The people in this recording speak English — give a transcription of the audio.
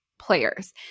players